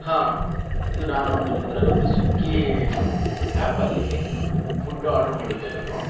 ಹಾಂ ಇದು ನಾನೊಂದು ನಿಮ್ಮದ್ರಲ್ಲೊಂದು ಸ್ವಿಗ್ಗಿ ಆ್ಯಪಲ್ಲಿ ಫುಡ್ ಆರ್ಡ್ರು ಮಾಡಿದ್ದೆ ನಾನು